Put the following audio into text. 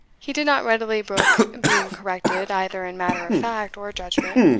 he did not readily brook being corrected, either in matter of fact or judgment,